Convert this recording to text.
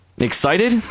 Excited